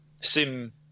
sim